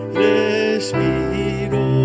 respiro